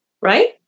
right